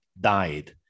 died